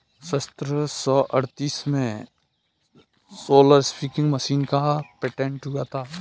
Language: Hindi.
सत्रह सौ अड़तीस में रोलर स्पीनिंग मशीन का पेटेंट हुआ था